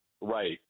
Right